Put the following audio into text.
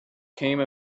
came